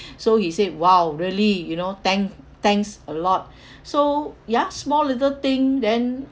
so he said !wow! really you know thank thanks a lot so ya small little thing then